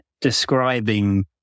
describing